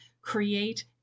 create